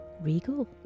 regal